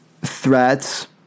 threats